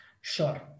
Sure